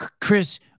Chris